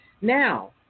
Now